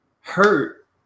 hurt